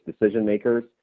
decision-makers